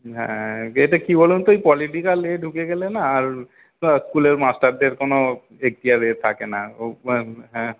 হ্যাঁ এটা কি বলুন তো ওই পলিটিকাল এ ঢুকে গেলে না আর স্কুলের মাস্টারদের কোনো এক্তিয়ারে থাকে না ও হ্যাঁ